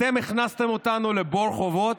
אתם הכנסתם אותנו לבור חובות,